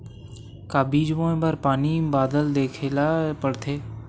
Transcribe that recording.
का बीज बोय बर पानी बादल देखेला पड़थे?